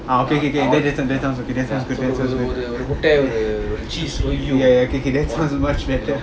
ah okay okay okay that that that sounds okay that sounds good that sounds great ya ya okay okay that sounds much better